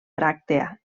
bràctea